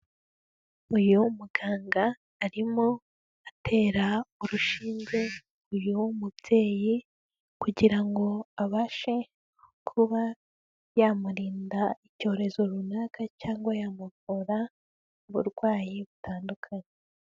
Uyu muganga arimo atera urushinge uyu mubyeyi kugira ngo abashe kuba yamurinda icyorezo runaka cyangwa yamuvura uburwayi butandukanye.